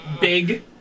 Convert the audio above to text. big